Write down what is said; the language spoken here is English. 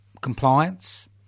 compliance